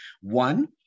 One